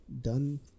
done